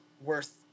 worth